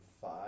five